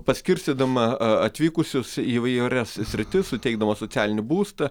paskirstydama atvykusius į įvairias sritis suteikdama socialinį būstą